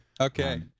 okay